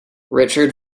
richard